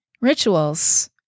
rituals